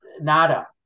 Nada